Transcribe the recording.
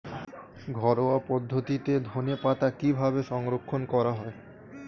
ঘরোয়া পদ্ধতিতে ধনেপাতা কিভাবে সংরক্ষণ করা হয়?